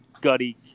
gutty